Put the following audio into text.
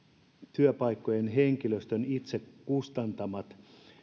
työpaikkojen henkilöstön itse kustantamat